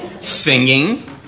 Singing